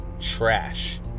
trash